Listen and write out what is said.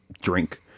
drink